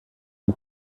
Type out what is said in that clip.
den